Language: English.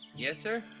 yes sir?